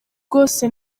rwose